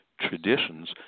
traditions